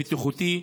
בטיחותי,